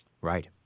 Right